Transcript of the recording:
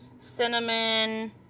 cinnamon